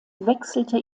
wechselte